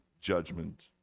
judgment